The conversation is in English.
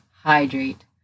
hydrate